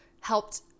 helped